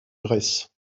grèce